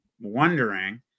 wondering